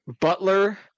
Butler